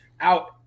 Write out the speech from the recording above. Out